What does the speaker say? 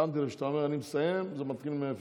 תודה.